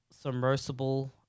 submersible